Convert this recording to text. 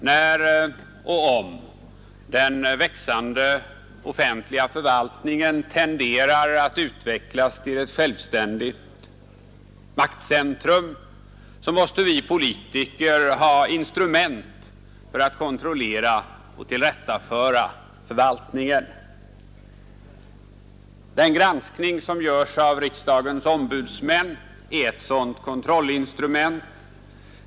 När och om den växande offentliga förvaltningen tenderar att utvecklas till ett självständigt maktcentrum, måste vi politiker ha instrument för att kontrollera och tillrättaföra förvaltningen. Den granskning som görs av riksdagens ombudsmän är ett sådant kontrollinstrument.